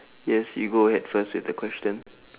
yes you go ahead first with the question